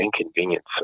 inconvenience